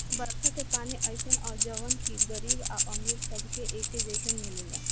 बरखा के पानी अइसन ह जवन की गरीब आ अमीर सबके एके जईसन मिलेला